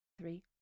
three